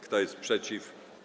Kto jest przeciw?